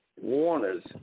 Warners